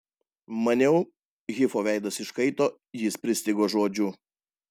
maniau hifo veidas iškaito jis pristigo žodžių